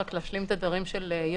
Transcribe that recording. להשלים את הדברים של יוכי.